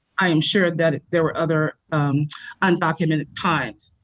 i am sure that there were other unundocumented times.